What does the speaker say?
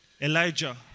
Elijah